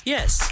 Yes